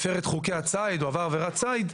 הפר את חוקי הציד או עבר עבירת ציד,